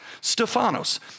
Stephanos